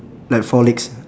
like four legs